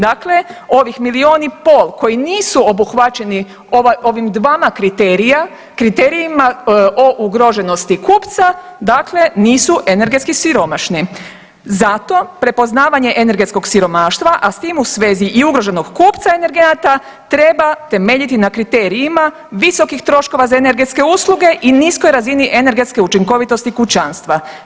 Dakle, ovih milijun i pol koji nisu obuhvaćeni ovim dvama kriterijima o ugroženosti kupca dakle nisu energetski siromašni, zato prepoznavanje energetskog siromaštva, a s tim u svezi i ugroženog kupca energenata treba temeljiti na kriterijima visokih troškova za energetske usluge i niskoj razini energetske učinkovitosti kućanstva.